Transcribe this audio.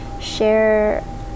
share